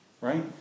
right